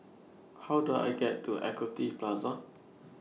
How Do I get to Equity Plaza